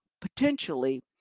potentially